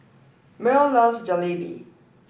Myrl loves Jalebi